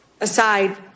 aside